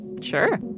Sure